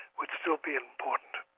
we'd still be important.